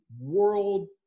world